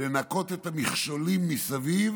לנקות את המכשולים מסביב,